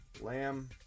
Lamb